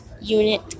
unit